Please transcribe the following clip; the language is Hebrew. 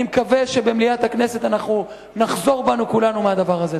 אני מקווה שבמליאת הכנסת אנחנו כולנו נחזור בנו מהדבר הזה.